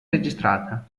registrata